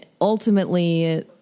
ultimately